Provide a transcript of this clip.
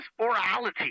orality